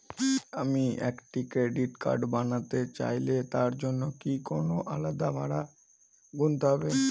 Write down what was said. আমি একটি credit card বানাতে চাইলে তার জন্য কি কোনো আলাদা ভাড়া গুনতে হবে?